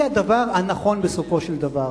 הוא הדבר הנכון בסופו של דבר.